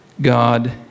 God